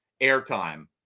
airtime